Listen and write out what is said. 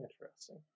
Interesting